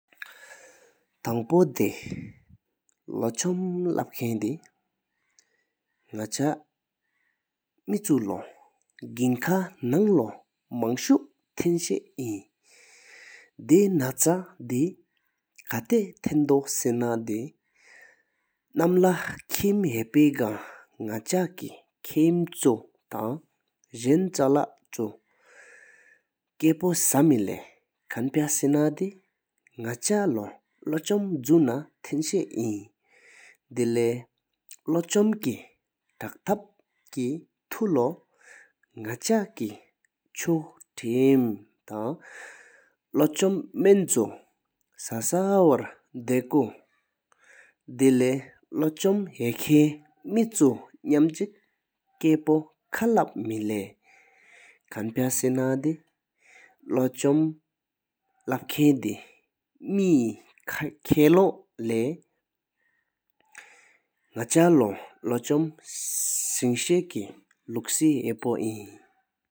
ཐང་པོ་དེ་ལོ་འཆོམ་ལབ་ཁང་དེ་ནག་ཆ་མེ་ཆོ་ལོ་གང་ཀ་ནང་ལོ་མང་ཤུ་ཐན་ཤ་ཨིན། དེ་ནག་ཆ་ལོ་ཁ་ཐ་ཐེན་དོ་སེ་ན་དེ་ནམ་ལྷ་ཁིམ་ཧ་པེ་གང་། ནག་ཆ་ཀེ་ཁིམ་ཆོ་ཐང་ཟླན་ཡེ་ལ་ཆོ་སྐ་པོ་ཤ་དམེ་ལེ། ཁང་པ་སེ་ན་དེ་ནག་ཆ་ལོ་ལོ་འཆོམ་བྱུད་ན་ཐན་ཤེ་ཨིན། དེ་ལེ་ལོ་འཆོམ་ཀེ་ཐཀ་ཐད་ཀེ་ཐེན་ལོ་ནག་ཆ་ཀེ་གཅིག་ལོ་འཆོམ་ཧ་ཁབ་མེ་པྷང་སེ་དམེ་ཚེའི་སྦོམ་ཁྲ་ནམ་སྐུ་སྒོམ་ཐང་འཆོམ་སྒོམ་སྒྱུད་ཤ་ཀེ། ལུགས་སྲེག་ཅྲ་ཆིག་ལོ་སྒོ་ལུག་དུབ་གཟོ་ཁ་གཏད་དང་ལོ་འཆོམ་ཧ་ཁང་མེ་པྷེ་ལོ་ཁང་པ་སེ་ན་དེ་ལོ་འཆོམ་ལབ་ཁང་དེ་སྐེ་སྒུ་སྒེར་ནག་ཆ་ལུག་སྒྱུད་ཤ་ཀེ་ལུག་སི་ཧ་སྐྱོཔ་ཨིན།